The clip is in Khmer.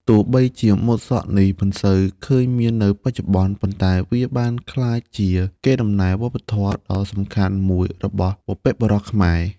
ទោះបីជាម៉ូតសក់នេះមិនសូវឃើញមាននៅបច្ចុប្បន្ន ប៉ុន្តែវាបានក្លាយជាកេរដំណែលវប្បធម៌ដ៏សំខាន់មួយរបស់បុព្វបុរសខ្មែរ។